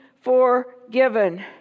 forgiven